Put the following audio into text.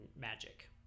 magic